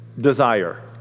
desire